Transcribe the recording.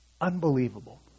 Unbelievable